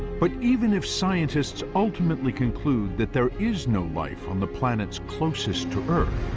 but even if scientists ultimately conclude that there is no life on the planets closest to earth,